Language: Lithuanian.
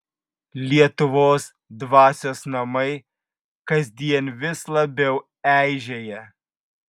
lietuvos dvasios namai kasdien vis labiau eižėja